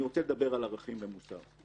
אני רוצה לדבר על ערכים ומוסר.